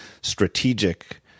strategic